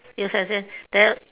yes as in there